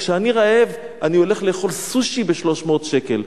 כשאני רעב, אני הולך לאכול סושי ב-300 שקל.